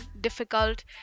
difficult